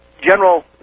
General